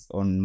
on